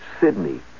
Sydney